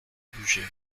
bugey